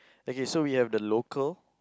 okay so we have the local